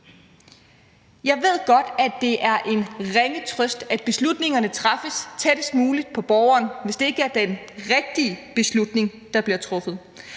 Jeg ved godt, at det er en ringe trøst, at beslutningerne træffes tættest muligt på borgeren, hvis det ikke er den rigtige beslutning, der bliver truffet.